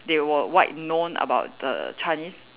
they were wide known about the Chinese